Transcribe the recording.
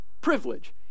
privilege